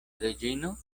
reĝino